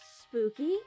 Spooky